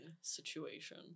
situation